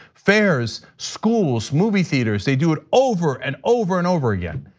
fairs, schools, movie theaters, they do it over and over and over again.